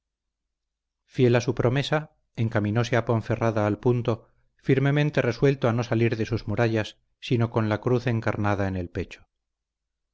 fiel a su promesa encaminóse a ponferrada al punto firmemente resuelto a no salir de sus murallas sino con la cruz encarnada en el pecho